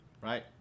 Right